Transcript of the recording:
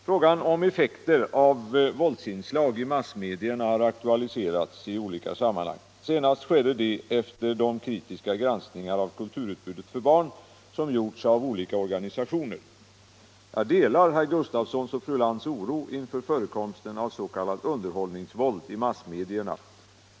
Frågan om effekter av våldsinslag i massmedierna har aktualiserats i olika sammanhang. Senast skedde det efter de kritiska granskningar av kulturutbudet för barn som gjorts av olika organisationer. Jag delar herr Gustavssons och fru Lantz oro inför förekomsten av s.k. underhållningsvåld i massmedierna.